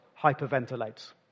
hyperventilates